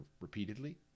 repeatedly